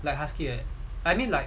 like husky I mean like